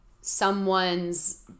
someone's